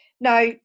Now